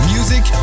Music